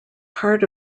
part